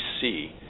see